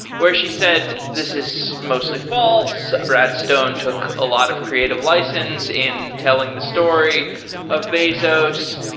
where she said this is mostly false. brad stone took a lot of creative license in telling the story of bezos.